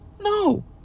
No